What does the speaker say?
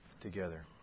together